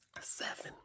Seven